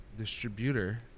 distributor